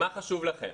מה חשוב לכם?